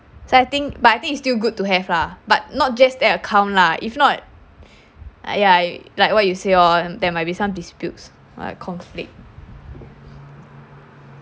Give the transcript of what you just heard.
so I think but I think it's still good to have lah but not just that account lah if not ya like what you say lor there might be some disputes uh conflict